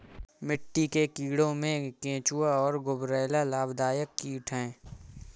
मिट्टी के कीड़ों में केंचुआ और गुबरैला लाभदायक कीट हैं